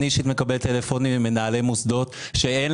אני מקבל טלפונים ממנהלי מוסדות שאין